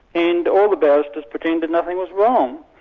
and all the barristers pretended nothing was wrong.